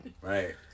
right